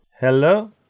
Hello